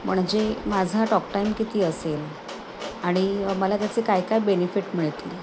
म्हणजे माझा टॉकटाईम किती असेल आणि मला त्याचे काय काय बेनिफिट मिळतली